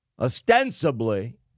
Ostensibly